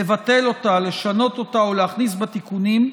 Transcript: לבטלה, לשנותה או להכניס בה תיקונים,